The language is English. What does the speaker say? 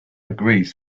agrees